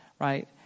right